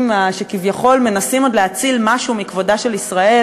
שכביכול מנסים עוד להציל משהו מכבודה של ישראל